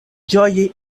ĝoje